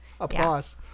Applause